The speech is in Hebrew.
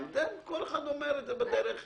כל אחד אומר את זה בדרך שלו.